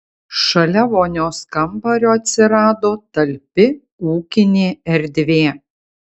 šalia vonios kambario atsirado talpi ūkinė erdvė